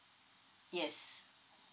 yes